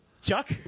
Chuck